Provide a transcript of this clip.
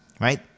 right